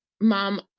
mom